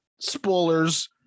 Spoilers